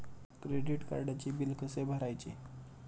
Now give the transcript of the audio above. Credit कार्डचे bill कसे भरायचे?